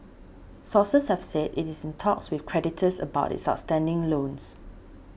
sources have said it is in talks with creditors about its outstanding loans